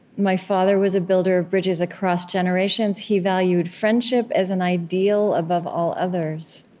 my father was a builder of bridges across generations. he valued friendship as an ideal above all others.